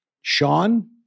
Sean